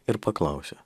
ir paklausė